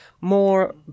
More